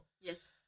Yes